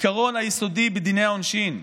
העיקרון היסודי בדיני העונשין,